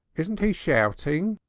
isn't he shouting?